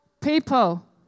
people